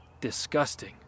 disgusting